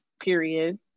period